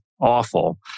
awful